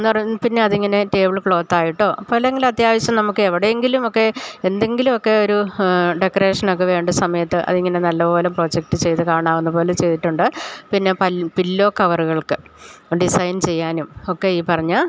എന്ന് പറഞ്ഞ് പിന്നെ അതിങ്ങനെ ടേബിള് ക്ലോത്തായിട്ടോ അപ്പം അല്ലെങ്കിൽ അത്യാവശ്യം നമുക്ക് എവിടെയെങ്കിലും ഒക്കെ എന്തെങ്കിലും ഒക്കെ ഒരു ഡെക്കറേഷനൊക്കെ വേണ്ട സമയത്ത് അതിങ്ങനെ നല്ല പോലെ പ്രൊജക്റ്റ് ചെയ്ത് കാണാവുന്നത് പോലെ ചെയ്തിട്ടുണ്ട് പിന്നെ പല്ല് പില്ലോ കവറ്കൾക്ക് ഡിസൈൻ ചെയ്യാനും ഒക്കെ ഈ പറഞ്ഞ